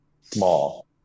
small